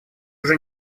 уже